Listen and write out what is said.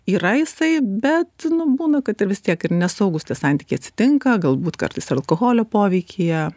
yra jisai bet būna kad ir vis tiek ir nesaugūs tie santykiai atsitinka galbūt kartais ir alkoholio poveikyje